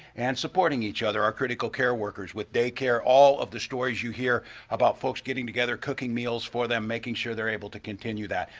and supporting each other, our critical care workers with day care, all the stories you hear about folks getting together, cooking meals for them, making sure they're able to continue that.